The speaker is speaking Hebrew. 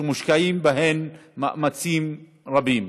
שמושקעים בהן מאמצים רבים.